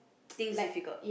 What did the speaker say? things difficult